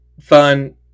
fun